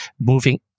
moving